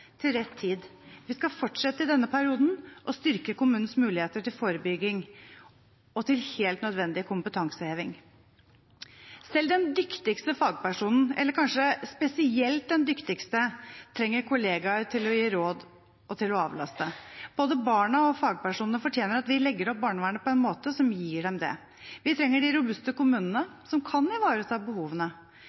til rett tid. Vi skal i denne perioden fortsette å styrke kommunenes muligheter til forebygging og til helt nødvendig kompetanseheving. Selv den dyktigste fagpersonen, eller kanskje spesielt den dyktigste, trenger kollegaer til å gi råd og til å avlaste. Både barna og fagpersonene fortjener at vi legger opp barnevernet på en måte som gir dem det. Vi trenger de robuste kommunene som kan ivareta behovene.